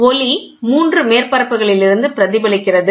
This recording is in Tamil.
ஒளி 3 மேற்பரப்புகளிலிருந்து பிரதிபலிக்கிறது